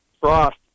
Frost